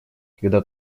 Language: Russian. когда